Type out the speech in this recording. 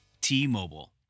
T-Mobile